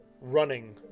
running